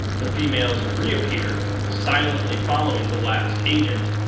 the females reappear, silently following the last agent,